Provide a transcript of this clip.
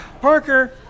Parker